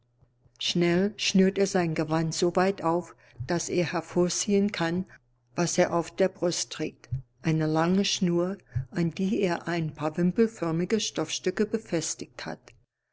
schnell schnürt er sein gewand so weit auf daß er hervorziehen kann was er auf der brust trägt eine lange schnur an die er ein paar wimpelförmige stoffstücke befestigt hat